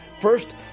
first